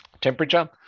temperature